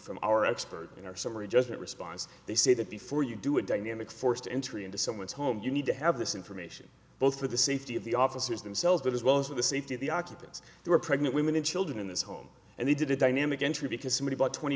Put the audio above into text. from our expert in our summary judgment response they say that before you do a dynamic forced entry into someone's home you need to have this information both for the safety of the officers themselves as well as for the safety of the occupants who are pregnant women and children in this home and they did a dynamic entry because somebody bought twenty